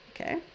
Okay